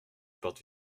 porte